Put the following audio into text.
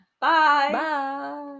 Bye